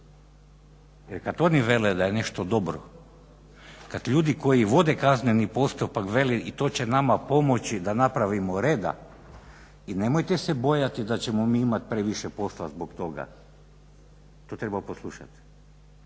Kad oni vele da je nešto dobro, kad ljudi koji vode kazneni postupak vele i to će nama pomoći da napravimo reda i nemojte se bojati da ćemo mi imati previše posla zbog toga. To treba poslušati